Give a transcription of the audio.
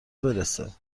برسه